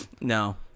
no